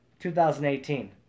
2018